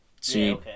See